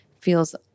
feels